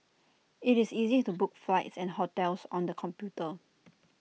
IT is easy to book flights and hotels on the computer